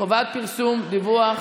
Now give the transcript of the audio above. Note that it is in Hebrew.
חובת פרסום דוח